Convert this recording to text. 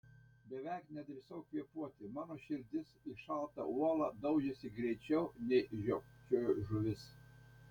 beveik nedrįsau kvėpuoti mano širdis į šaltą uolą daužėsi greičiau nei žiopčiojo žuvis